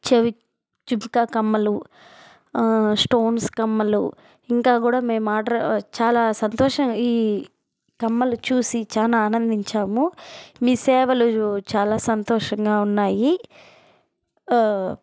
చెవిక్ జుంకా కమ్మలు స్టోన్స్ కమ్మలు ఇంకా కూడా మేము ఆర్డర్ చాలా సంతోషం ఈ కమ్మలు చూసి చాలా ఆనందించాము మీ సేవలు చాలా సంతోషంగా ఉన్నాయి